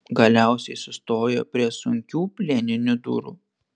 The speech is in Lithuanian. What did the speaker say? galiausiai sustojo prie sunkių plieninių durų